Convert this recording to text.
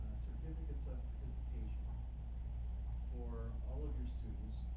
ah certificates of participation for all of your students.